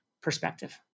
perspective